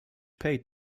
paid